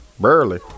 barely